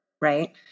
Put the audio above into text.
right